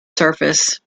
surface